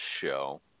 show